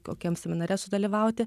kokiam seminare sudalyvauti